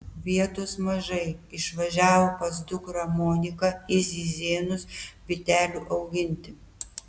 vietos mažai išvažiavo pas dukrą moniką į zizėnus bitelių auginti